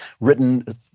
written